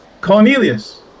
Cornelius